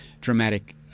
dramatic